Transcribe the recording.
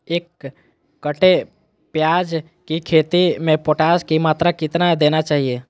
एक कट्टे प्याज की खेती में पोटास की मात्रा कितना देना चाहिए?